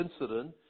incident